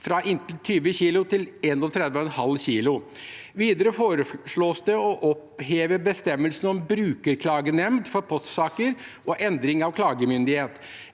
fra inntil 20 kg til inntil 31,5 kg. Videre foreslås det å oppheve bestemmelsen om brukerklagenemnd for postsaker og endring av klagemyndighet.